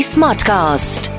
Smartcast